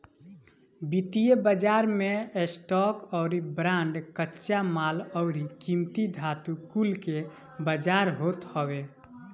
वित्तीय बाजार मे स्टॉक अउरी बांड, कच्चा माल अउरी कीमती धातु कुल के बाजार होत हवे